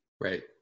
right